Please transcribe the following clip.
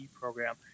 program